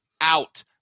out